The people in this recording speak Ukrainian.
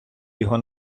його